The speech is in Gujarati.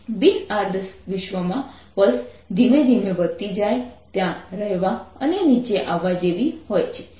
બિન આદર્શ વિશ્વમાં પલ્સ ધીમે ધીમે વધતી જાય ત્યાં રહેવા અને નીચે આવવા જેવી હોય છે